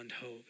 hope